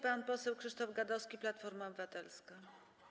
Pan poseł Krzysztof Gadowski, Platforma Obywatelska.